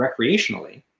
recreationally